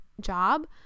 job